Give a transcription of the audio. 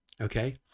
Okay